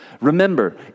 Remember